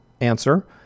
answer